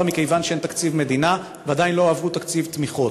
מכיוון שאין תקציב מדינה ועדיין לא הועברו תקציבי תמיכות.